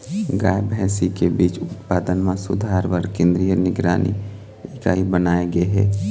गाय, भइसी के बीज उत्पादन म सुधार बर केंद्रीय निगरानी इकाई बनाए गे हे